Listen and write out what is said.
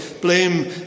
blame